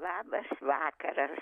labas vakaras